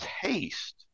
taste